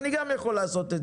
אני גם יכול לעשות.